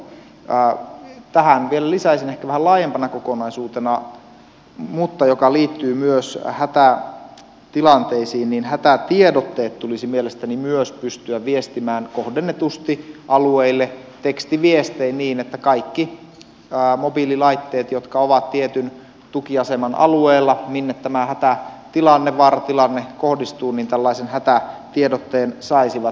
tähän vielä lisäisin ehkä vähän laajempana kokonaisuutena mutta se liittyy myös hätätilanteisiin että myös hätätiedotteet tulisi mielestäni pystyä viestimään kohdennetusti alueille tekstiviestein niin että kaikki mobiililaitteet jotka ovat tietyn tukiaseman alueella minne hätätilanne vaaratilanne kohdistuu tällaisen hätätiedotteen saisivat